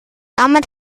damit